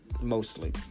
mostly